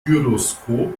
gyroskop